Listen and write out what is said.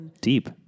deep